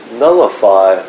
nullify